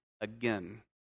again